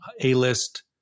A-list